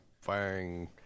Firing